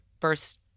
first